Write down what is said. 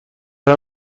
همه